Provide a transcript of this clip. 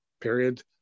period